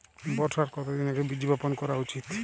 বর্ষার কতদিন আগে বীজ বপন করা উচিৎ?